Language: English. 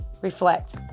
Reflect